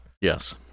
Yes